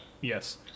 Yes